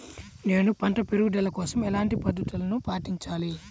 నేను పంట పెరుగుదల కోసం ఎలాంటి పద్దతులను పాటించాలి?